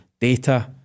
data